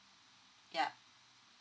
ya